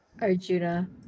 Arjuna